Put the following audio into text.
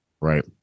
Right